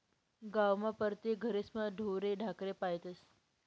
गावमा परतेक घरेस्मा ढोरे ढाकरे पायतस